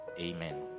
Amen